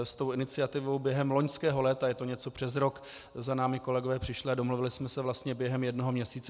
S tou iniciativou během loňského léta, je to něco přes rok, za námi kolegové přišli a domluvili jsme se vlastně během jednoho měsíce.